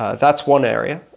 ah that's one area.